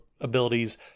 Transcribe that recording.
abilities